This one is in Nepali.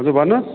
हजुर भन्नुहोस